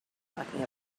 talking